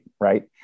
right